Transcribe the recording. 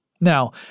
Now